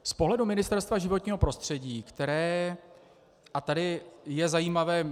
Z pohledu Ministerstva životního prostředí, které a tady je zajímavé...